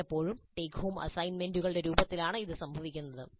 മിക്കപ്പോഴും take home അസൈൻമെന്റുകളുടെ രൂപത്തിലാണ് ഇത് പുറത്ത് സംഭവിക്കുന്നത്